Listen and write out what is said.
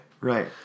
Right